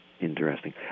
interesting